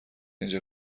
اینجا